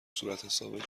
صورتحساب